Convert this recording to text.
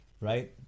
right